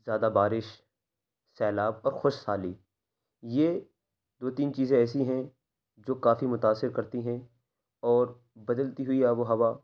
زیادہ بارش سیلاب خشک سالی یہ دو تین چیزیں ایسی ہیں جو كافی متأثر كرتی ہیں اور بدلتی ہوئی آب و ہوا